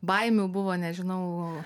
baimių buvo nežinau